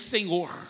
Senhor